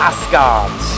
Asgard